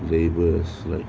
flavors like